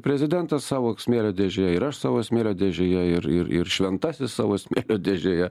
prezidentas savo smėlio dėžėje ir aš savo smėlio dėžėje ir ir ir šventasis savo smėlio dėžėje